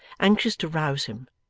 anxious to rouse him,